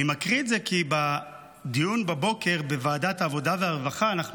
אני מקריא את זה כי בדיון בבוקר בוועדת העבודה והרווחה אנחנו